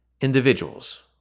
Individuals